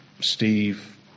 Steve